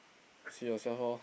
see yourself lor